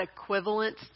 equivalent